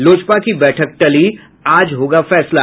लोजपा की बैठक टली आज होगा फैसला